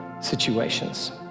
situations